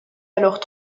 alors